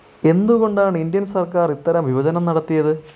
എന്തുകൊണ്ടാണ് ഇന്ഡ്യൻ സർക്കാർ ഇത്തര വിഭജനം നടത്തിയത്